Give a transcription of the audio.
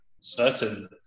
certain